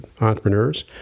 entrepreneurs